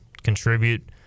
contribute